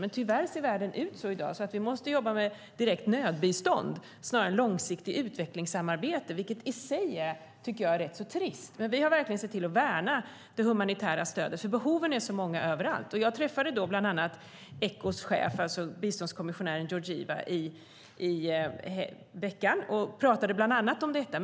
Men tyvärr ser världen ut så i dag att vi måste jobba med direkt nödbistånd snarare än långsiktigt utvecklingssamarbete, vilket jag i sig tycker är rätt trist. Men vi har verkligen sett till att värna det humanitära stödet, för behoven är så stora överallt. Jag träffade då, i veckan, bland annat Echos chef, biståndskommissionären Georgieva, och pratade bland annat om detta.